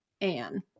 Anne